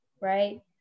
right